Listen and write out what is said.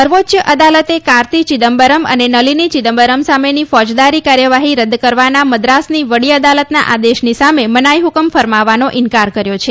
સર્વેચ્ચ અદાલતે કાર્તી ચિદંબરમ અને નલીની ચિદંબરમ સામેની ફોજદારી કાર્યવાહી રદ કરવાના મદ્રાસની વડી અદાલતના આદેશની સામે મનાઇ હુકમ ફરમાવવાનો ઇનકાર કર્યો છે